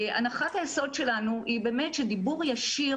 הנחת היסוד שלנו היא באמת שדיבור ישיר